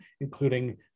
including